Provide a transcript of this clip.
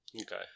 Okay